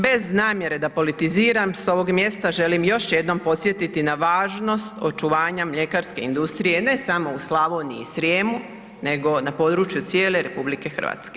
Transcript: Bez namjere da politiziram s ovog mjesta želim još jednom podsjetiti na važnost očuvanja mljekarske industrije ne samo u Slavoniji i Srijemu nego na području cijele RH.